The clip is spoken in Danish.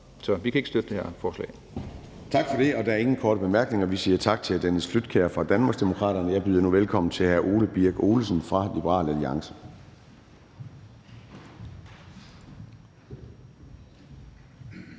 Formanden (Søren Gade): Tak for det. Der er ingen korte bemærkninger. Vi siger tak til hr. Dennis Flydtkjær fra Danmarksdemokraterne, og jeg byder nu velkommen til hr. Ole Birk Olesen fra Liberal Alliance.